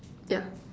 ya